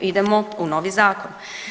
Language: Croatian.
Idemo u novi zakon.